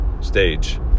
stage